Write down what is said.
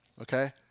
okay